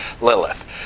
Lilith